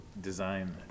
design